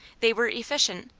they were efficient,